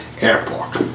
Airport